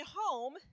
home